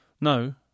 No